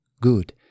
Good